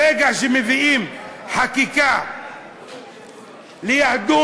ברגע שמביאים חקיקה על יהדות,